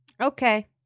Okay